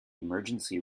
emergency